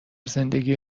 زندگی